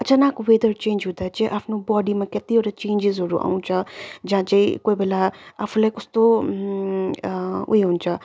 अचानाक weather change हुँदाखेरि चाहिँ आफ्नो बडी कतिवटा चेन्जेसहरू आउँछ जहाँ चाहिँ कोही बेला आफूलाई कस्तो ऊ यो हुन्छ